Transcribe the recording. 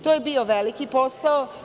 To je bio veliki posao.